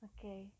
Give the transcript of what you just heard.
Okay